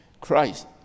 Christ